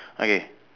okay